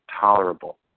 tolerable